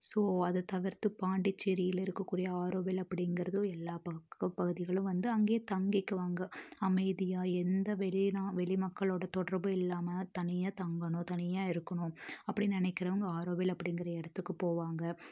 so அதை தவிர்த்து பாண்டிச்சேரியில இருக்கக்கூடிய ஆரோவில் அப்படிங்குறதும் எல்லா பக்க பகுதிகளும் வந்து அங்கேயே தங்கிக்குவாங்க அமைதியாக எந்த வெளினா வெளி மக்களோட தொடர்பும் இல்லாமல் தனியாக தங்கணும் தனியாக இருக்குணும் அப்படின்னு நினக்கிறவுங்க ஆரோவில் அப்படிங்குற இடத்துக்கு போவாங்க